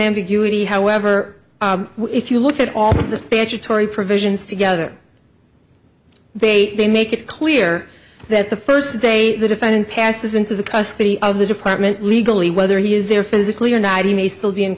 ambiguity however if you look at all the statutory provisions together they may make it clear that the first day the defendant passes into the custody of the department legally whether he is there physically or not he may still be in